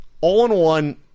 all-in-one